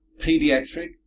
pediatric